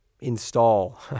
install